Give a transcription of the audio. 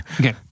Okay